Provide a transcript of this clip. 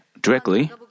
directly